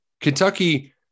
Kentucky